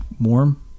warm